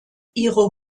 ihre